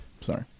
Sorry